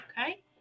Okay